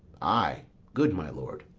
ay, good my lord.